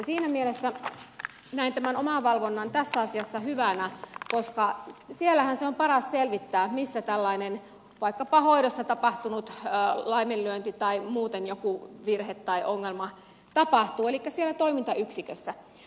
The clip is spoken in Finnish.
siinä mielessä näen tämän omavalvonnan tässä asiassa hyvänä koska siellähän se on paras selvittää missä tällainen vaikkapa hoidossa tapahtunut laiminlyönti tai muuten joku virhe tai ongelma tapahtuu elikkä siellä toimintayksikössä